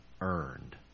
earned